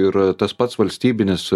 ir tas pats valstybinis